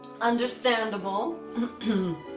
Understandable